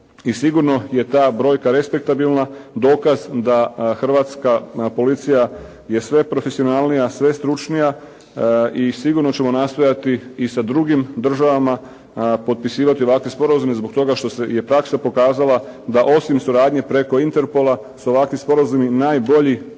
sigurno je ta brojka respektabilna dokaz da Hrvatska policija je sve profesionalnija, sve stručnija i sigurno ćemo nastojati i sa drugim državama potpisivati ovakve sporazume zbog toga što je praksa pokazala da osim suradnje preko Interpol-a su ovakvi sporazumi najbolji